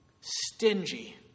stingy